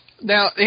Now